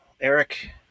Eric